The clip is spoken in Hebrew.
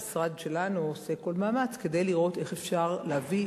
המשרד שלנו עושה כל מאמץ כדי לראות איך אפשר להביא,